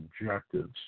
objectives